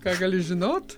ką gali žinot